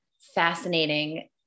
fascinating